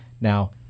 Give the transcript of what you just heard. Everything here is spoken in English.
Now